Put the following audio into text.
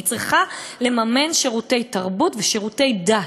היא צריכה לממן שירותי תרבות ושירותי דת.